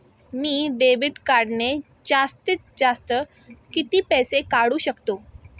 मी debit कार्डने जास्तीत जास्त किती पैसे काढू शकतो?